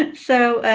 and so,